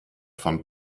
von